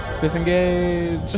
Disengage